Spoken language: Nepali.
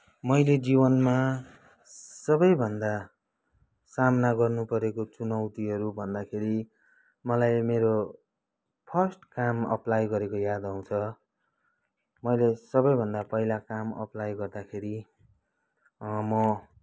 मैले जीवनमा सबैभन्दा सामना गर्नुपरेको चुनौतीहरू भन्दाखेरि मलाई मेरो फर्स्ट काम अप्लाइ गरेको याद आउँछ मैले सबैभन्दा पहिला काम अप्लाइ गर्दाखेरि म